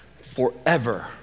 forever